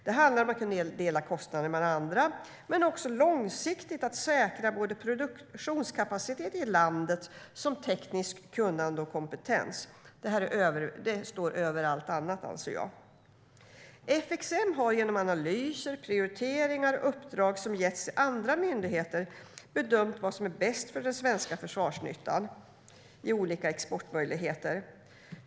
Det handlar om att kunna dela kostnader med andra, men också långsiktigt att säkra både produktionskapacitet i landet och tekniskt kunnande och kompetens. Detta står över allt annat, anser jag. FXM har genom analyser, prioriteringar och uppdrag som getts till andra myndigheter bedömt vad som är bäst för den svenska försvarsnyttan i olika exportmöjligheter.